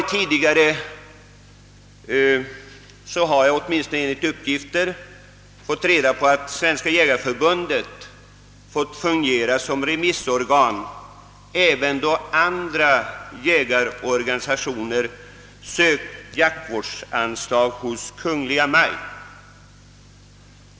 Tidigare har, enligt vad jag fått reda på, Svenska jägareförbundet fått fungera som remissorgan även när det gäller andra jägarorganisationer som «sökt jaktvårdsanslag hos Kungl. Maj:t.